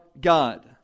God